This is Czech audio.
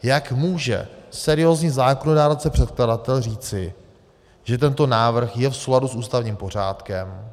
Jak může seriózní zákonodárce předkladatel říci, že tento návrh je v souladu s ústavním pořádkem?